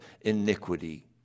iniquity